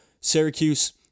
Syracuse